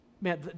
man